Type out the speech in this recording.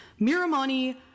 Miramani